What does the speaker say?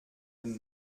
den